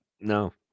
no